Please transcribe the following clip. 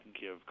give